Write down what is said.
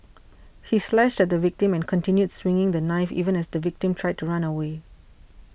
he slashed at the victim and continued swinging the knife even as the victim tried to run away